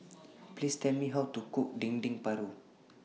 Please Tell Me How to Cook Dendeng Paru